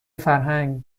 فرهنگ